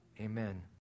Amen